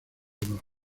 honor